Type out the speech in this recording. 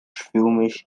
filmes